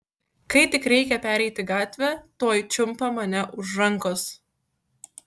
kai tik reikia pereiti gatvę tuoj čiumpa mane už rankos